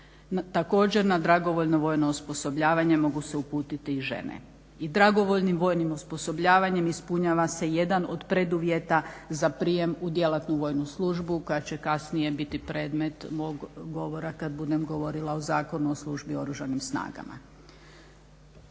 Također, na dragovoljno vojno osposobljavanje mogu se uputiti i žene. I dragovoljnim vojnim osposobljavanjem ispunjava se jedan od preduvjeta za prijem u djelatnu vojnu službu koja će kasnije biti predmet mog govora kad budem govorila o Zakonu o službi u Oružanim snagama.